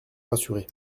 rassurés